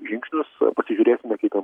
žingsnius pasižiūrėsime kaip jam